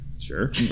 Sure